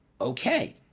Okay